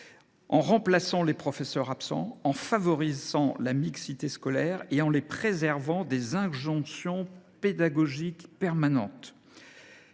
en remplaçant les professeurs absents, en favorisant la mixité scolaire et en les préservant des injonctions pédagogiques permanentes.